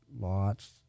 lots